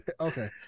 Okay